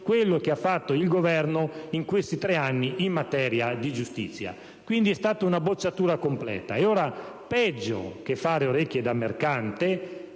quello che ha fatto il Governo in questi tre anni in materia di giustizia. È stata una bocciatura completa e ora - peggio che fare orecchie da mercante